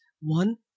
One